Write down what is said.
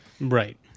Right